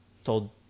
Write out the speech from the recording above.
Told